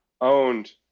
Owned